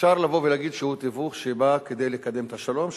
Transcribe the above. אפשר לבוא ולהגיד שהוא תיווך שבא כדי לקדם את השלום,